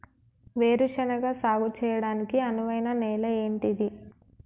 వేరు శనగ సాగు చేయడానికి అనువైన నేల ఏంటిది?